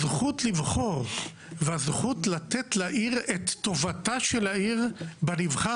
הזכות לבחור והזכות לתת לעיר את טובתה של העיר בנבחר